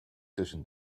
tussen